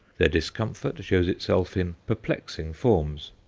their discomfort shows itself in perplexing forms.